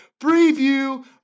preview